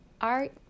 art